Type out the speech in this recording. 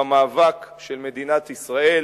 במאבק של מדינת ישראל